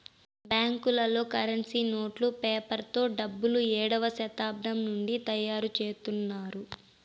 బ్యాంకులలో కరెన్సీ నోట్లు పేపర్ తో డబ్బులు ఏడవ శతాబ్దం నుండి తయారుచేత్తున్నారు